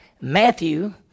Matthew